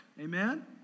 amen